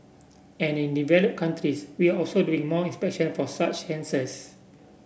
and in developed countries we are also doing more inspection for such cancers